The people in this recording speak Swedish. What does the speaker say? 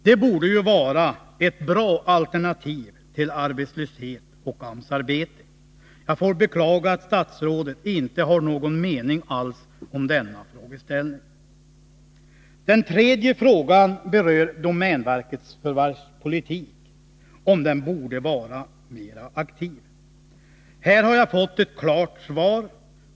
Det borde ju vara ett bra alternativ till arbetslöshet och AMS-arbete. Jag får beklaga att statsrådet inte har någon mening alls om denna frågeställning. Den tredje frågan berör domänverkets förvärvspolitik — om den borde vara mera aktiv. Här har jag fått ett klart svar.